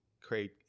create